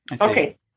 Okay